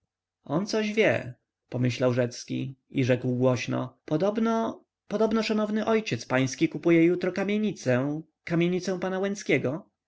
on coś wie pomyślał rzecki i rzekł głośno podobno podobno szanowny ojciec pański kupuje jutro kamienicę kamienicę